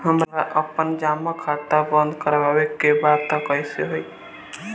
हमरा आपन जमा खाता बंद करवावे के बा त कैसे होई?